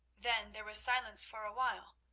then there was silence for a while,